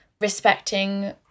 respecting